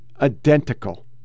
identical